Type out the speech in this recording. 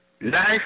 life